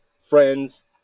friends